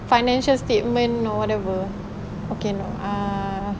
financial statement or whatever okay no ah